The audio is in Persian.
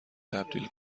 تبدیل